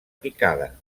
picada